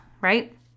right